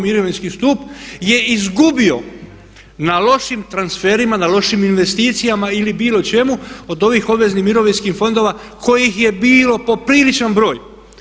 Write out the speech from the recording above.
Mirovinski stup je izgubio na lošim transferima, na lošim investicijama ili bilo čemu od ovih obveznih mirovinskih fondova kojih je bilo popriličan broj.